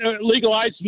legalize